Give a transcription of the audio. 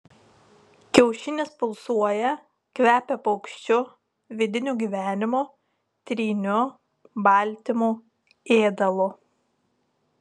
kiaušinis pulsuoja kvepia paukščiu vidiniu gyvenimu tryniu baltymu ėdalu